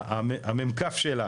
המ"כ שלה